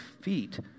feet